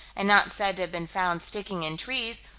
and not said to have been found sticking in trees,